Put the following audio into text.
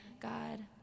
God